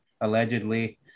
allegedly